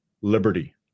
liberty